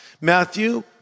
Matthew